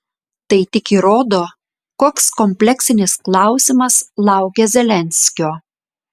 tai tik įrodo koks kompleksinis klausimas laukia zelenskio